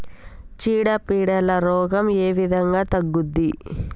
చీడ పీడల రోగం ఏ విధంగా తగ్గుద్ది?